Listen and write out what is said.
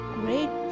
great